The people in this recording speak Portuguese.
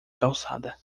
calçada